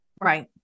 Right